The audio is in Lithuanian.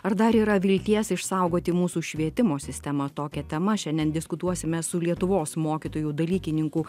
ar dar yra vilties išsaugoti mūsų švietimo sistemą tokia tema šiandien diskutuosime su lietuvos mokytojų dalykininkų